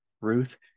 Ruth